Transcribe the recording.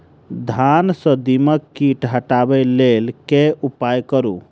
धान सँ दीमक कीट हटाबै लेल केँ उपाय करु?